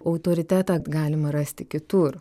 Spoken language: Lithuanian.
autoritetą galima rasti kitur